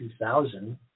2000